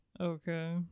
Okay